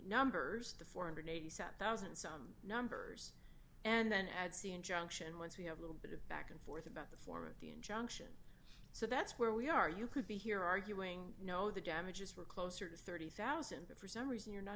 numbers the four hundred and eighty seven thousand some numbers and then adds the injunction once we have a little bit of back and forth about the form of the injunction so that's where we are you could be here arguing you know the damages were closer to thirty thousand but for some reason you're not